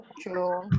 True